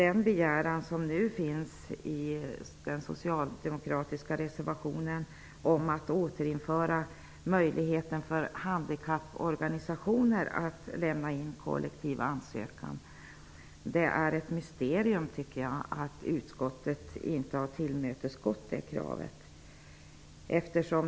En begäran finns nu i en socialdemokratisk reservation om att återinföra möjligheten för handikapporganisationer att lämna in kollektiv ansökan. Det är ett mysterium att utskottet inte har tillmötesgått den.